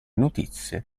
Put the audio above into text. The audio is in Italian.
notizie